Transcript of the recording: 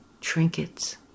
Trinkets